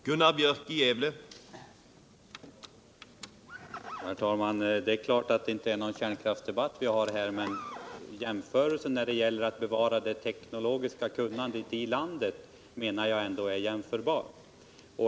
Herr talman! Det är klart att det inte är någon kärnkraftsdebatt som vi för nu, men jämförelsen med att bevara det teknologiska kunnandet i landet tycker jag ändå är befogad.